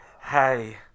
hey